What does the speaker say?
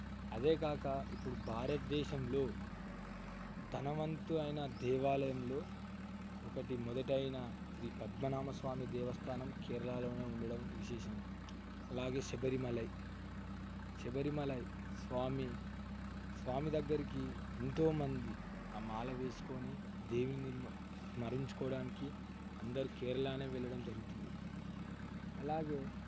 అదేగాక ఇప్పుడు భారతదేశంలో తన వంతు అయినా దేవాలయంలో ఒకటి మొదటైన శ్రీ పద్మనాభ స్వామి దేవస్థానం కేరళలోనే ఉండడం విశేషం అలాగే శబరిమలై శబరిమలై స్వామి స్వామి దగ్గరికి ఎంతోమంది ఆ మాల వేసుకొని దేవిని స్మరించుకోవడానికి అందరూ కేరళనే వెళ్లడం జరుగుతుంది అలాగే